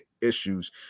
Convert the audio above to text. issues